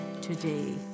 today